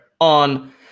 on